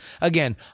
Again